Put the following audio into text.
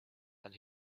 and